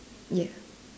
ya